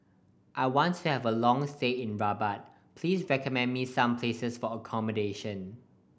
I want to have a long stay in Rabat please recommend me some places for accommodation